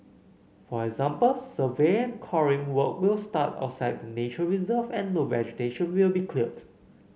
for example survey and coring work will start outside the nature reserve and no vegetation will be cleared